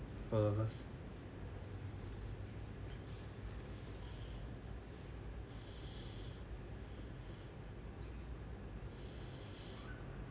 four of us